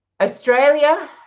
Australia